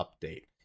update